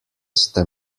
ste